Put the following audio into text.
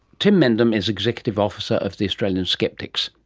tim mendham is executive officer of the australian skeptics.